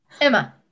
Emma